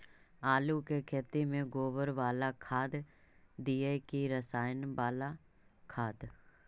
आलू के खेत में गोबर बाला खाद दियै की रसायन बाला खाद?